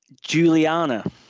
Juliana